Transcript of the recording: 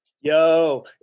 Yo